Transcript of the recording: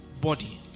body